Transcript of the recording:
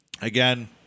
Again